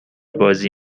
بازی